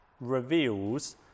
reveals